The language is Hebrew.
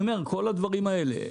כל הדברים האלה.